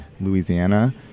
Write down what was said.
Louisiana